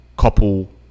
Couple